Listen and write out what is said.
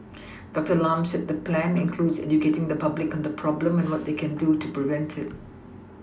doctor Lam said the plan includes educating the public on the problem and what they can do to prevent it